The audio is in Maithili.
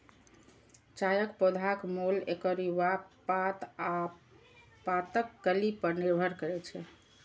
चायक पौधाक मोल एकर युवा पात आ पातक कली पर निर्भर करै छै